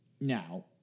Now